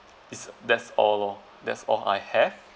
this that's all lor that's all I have